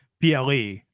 PLE